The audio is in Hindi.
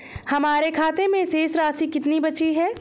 हमारे खाते में शेष राशि कितनी बची है?